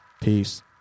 Peace